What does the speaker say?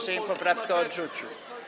Sejm poprawkę odrzucił.